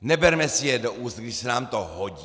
Neberme si je do úst, když se nám to hodí!